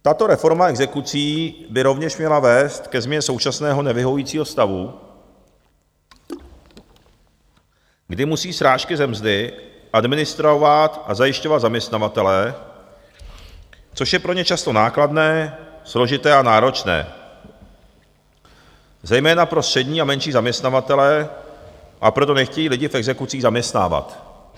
Tato reforma exekucí by rovněž měla vést ke změně současného nevyhovujícího stavu, kdy musí srážky ze mzdy administrovat a zajišťovat zaměstnavatelé, což je pro ně často nákladné, složité a náročné, zejména pro střední a menší zaměstnavatele, a proto nechtějí lidi v exekucích zaměstnávat.